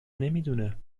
نمیدونه